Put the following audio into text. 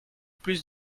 plus